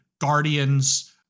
Guardians